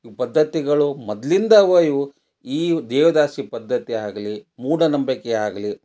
ಈ ಪದ್ಧತಿಗಳು ಮೊದ್ಲಿಂದವೆ ಇವು ಈ ದೇವದಾಸಿ ಪದ್ಧತಿ ಆಗಲಿ ಮೂಢನಂಬಿಕೆ ಆಗಲಿ